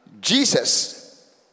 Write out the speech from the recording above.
Jesus